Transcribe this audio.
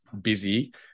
busy